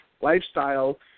lifestyle